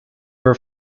her